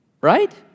right